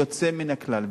יוצא מן הכלל.